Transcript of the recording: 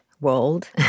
world